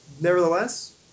Nevertheless